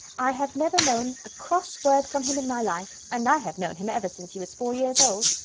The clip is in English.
i have never known a cross word from him in my life, and i have known him ever since he was four years old.